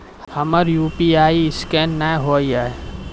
हमर UPI scan नेय हो या?